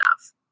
enough